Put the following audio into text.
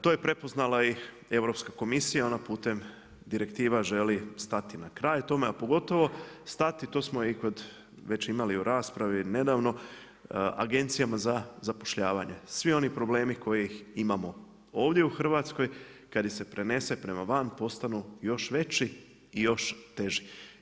To je prepoznala i Europska komisija, ona putem direktiva želi stati na kraj tome a pogotovo stati to smo i kod, već imali u raspravi nedavno agencijama za zapošljavanje, svi oni problemi koje imamo ovdje u Hrvatskoj, kada ih se prenese prema van postanu još veći i još teži.